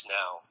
now